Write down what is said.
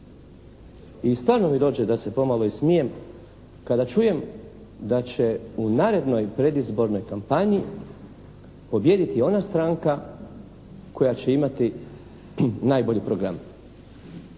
i stvarno mi dođe da se pomalo smijem kada čujem da će u narednoj predizbornoj kampanji pobijediti ona stranka koja će imati najbolji program.